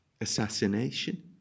assassination